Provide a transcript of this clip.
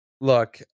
Look